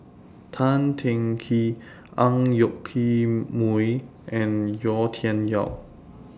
Tan Teng Kee Ang Yoke Mooi and Yau Tian Yau